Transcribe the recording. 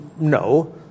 No